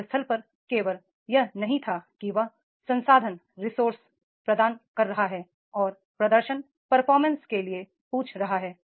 कार्यस्थल पर केवल यह नहीं था कि वह संसाधन प्रदान कर रहा है और प्रदर्शन के लिए पूछ रहा है